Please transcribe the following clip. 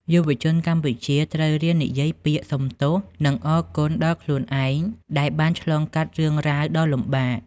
យុវជនកម្ពុជាត្រូវរៀននិយាយពាក្យ "សុំទោស" និង "អរគុណ" ដល់ខ្លួនឯងដែលបានឆ្លងកាត់រឿងរ៉ាវដ៏លំបាក។